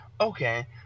Okay